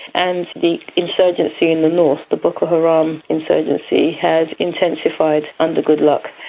and the insurgency in the north, the boko haram insurgency has intensified under goodluck.